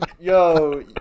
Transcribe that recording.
Yo